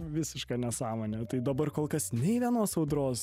visiška nesąmonė tai dabar kol kas nei vienos audros